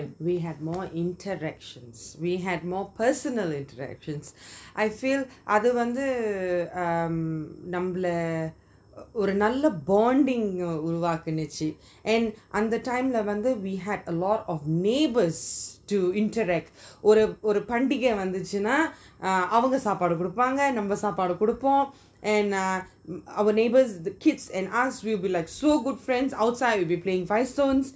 we have more interactions we had more personal interactions I feel அது வந்து நம்மள ஒரு நல்ல:athu vanthu namala oru nalla bonding உருவாக்குச்சி:uruvaakuchi and அந்த:antha time lah we had a lot of neighbours to interact ஒரு ஒரு பண்டிகை வந்துச்சின்னா அவங்க சாப்பாடு குடுப்பாங்க நம்ம சாப்பாடு கொடுப்போம்:oru oru pandiga vanthuchina avanga sapadu kudupanga namma sapadu kudupom and uh our neighbours kids and us we'll be like so good friends outside we'd be playing five stones